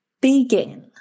begin